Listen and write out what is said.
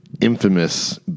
infamous